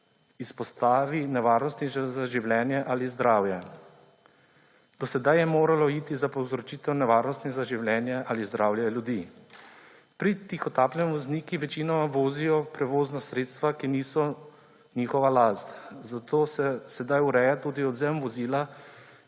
izpostavi nevarnosti za življenje ali zdravje. Do sedaj je moralo iti za povzročitev nevarnosti za življenje ali zdravje ljudi. Pri tihotapljenju vozniki večinoma vozijo prevozna sredstva, ki niso njihova last, zato se sedaj ureja tudi odvzem vozila,